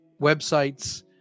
Websites